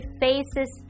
faces